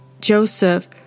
Joseph